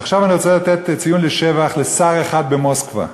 ועכשיו אני רוצה לתת ציון לשבח לשר אחד במוסקבה,